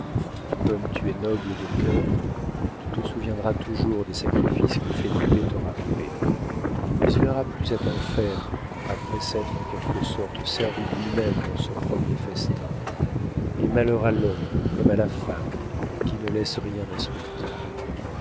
comme tu es noble de cœur tu te souviendras toujours des sacrifices que felipe t'aura faits mais il n'aura plus à t'en faire après s'être en quelque sorte servi lui-même dans ce premier festin et malheur à l'homme comme à la femme qui ne laissent rien à souhaiter